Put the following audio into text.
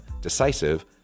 decisive